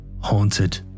Haunted